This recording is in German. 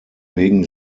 wegen